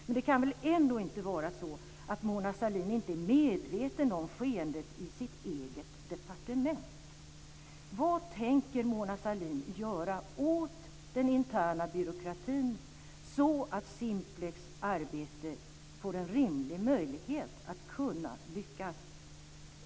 Men det kan väl ändå inte vara så att Mona Sahlin inte är medveten om skeendet i sitt eget departement? Vad tänker Mona Sahlin göra åt den interna byråkratin så att Simplex arbete får en rimlig möjlighet att lyckas?